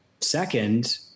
Second